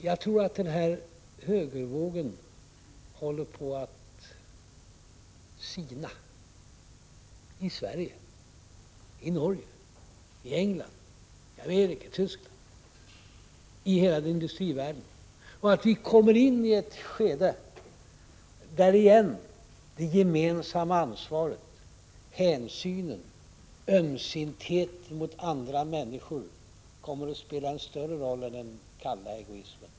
Jag tror att denna högervåg håller på att sina — i Sverige, i Norge, i England, i Amerika, i Tyskland och i hela den industriella världen. Jag tror att vi kommer in i ett skede där det gemensamma ansvaret, hänsynen, ömsintheten mot andra människor åter kommer att spela en större roll än den kalla egoismen.